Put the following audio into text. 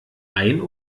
ein